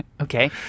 okay